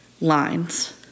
lines